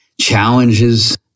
challenges